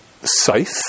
safe